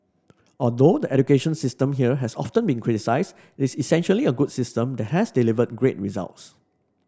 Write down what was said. although the education system here has often been criticised it is essentially a good system that has delivered great results